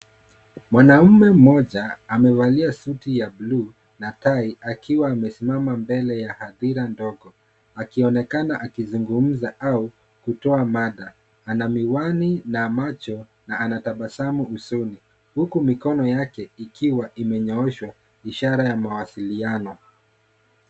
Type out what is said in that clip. Mwanamme mmoja amevalia suti ya buluu akiwa amesimama mbele ya hadhira ndogo akionekana akizungumza au akitoa mada. Ana miwani na macho na anatabasamu huzuni huku mikono yake ikiwa imenyoroshwa kwa ishara ya mawasiliano.